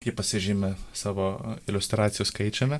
ji pasižymi savo iliustracijų skaičiumi